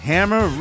Hammer